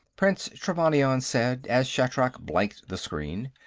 prince trevannion said as shatrak blanked the screen.